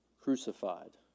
crucified